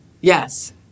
Yes